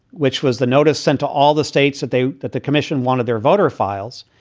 which was the notice sent to all the states that they that the commission wanted their voter files.